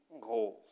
goals